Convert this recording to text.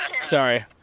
sorry